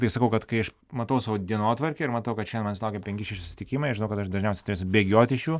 tai sakau kad kai aš matau savo dienotvarkę ir matau kad šiandien manęs laukia penki šeši susitikimai aš žinau kad aš dažniausiai turėsiu bėgioti iš jų